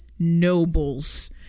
nobles